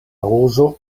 rozo